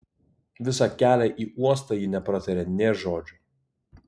visą kelią į uostą ji nepratarė nė žodžio